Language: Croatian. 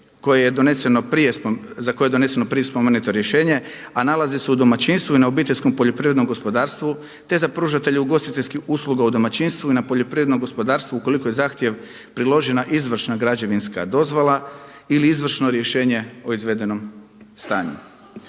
koje je doneseno prije spomenuto rješenje a nalazi se u domaćinstvu i na obiteljskom poljoprivrednom gospodarstvu, te za pružatelje ugostiteljskih usluga na domaćinstvu i na poljoprivrednom gospodarstvu ukoliko je zahtjevu priložena izvršna građevinska dozvola ili izvršno rješenje o izvedenom stanju.